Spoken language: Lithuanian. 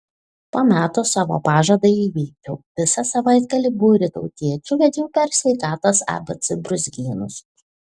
po metų savo pažadą įvykdžiau visą savaitgalį būrį tautiečių vedžiau per sveikatos abc brūzgynus